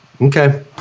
Okay